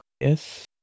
Yes